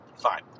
Fine